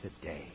today